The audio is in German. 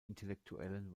intellektuellen